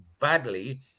badly